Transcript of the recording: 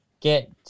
get